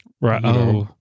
Right